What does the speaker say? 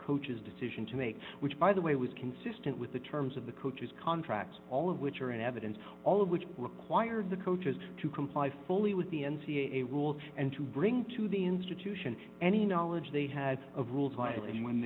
coach's decision to make which by the way was consistent with the terms of the coach's contract all of which are in evidence all of which required the coaches to comply fully with the n c a a rules and to bring to the institution any knowledge they had of rules